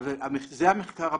זה המחקר הבסיסי.